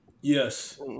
Yes